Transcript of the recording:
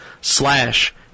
slash